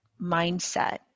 mindset